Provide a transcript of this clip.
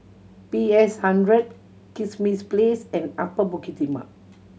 P S Hundred Kismis Place and Upper Bukit Timah